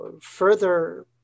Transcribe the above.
further